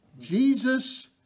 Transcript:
Jesus